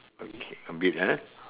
okay a bit ah